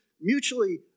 mutually